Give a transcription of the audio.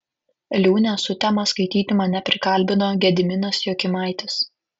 liūnę sutemą skaityti mane prikalbino gediminas jokimaitis